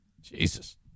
Jesus